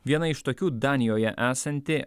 viena iš tokių danijoje esanti